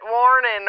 warning